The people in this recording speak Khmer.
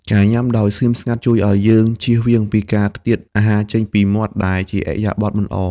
ការញ៉ាំដោយស្ងៀមស្ងាត់ជួយឱ្យយើងចៀសវាងពីការខ្ទាតអាហារចេញពីមាត់ ដែលជាឥរិយាបថមិនល្អ។